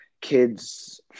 kids